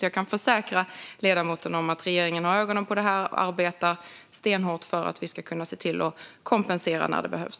Jag kan försäkra ledamoten att regeringen har ögonen på detta och arbetar stenhårt för att kunna se till att kompensera när det behövs.